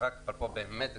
זה באמת צועק,